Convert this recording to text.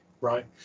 right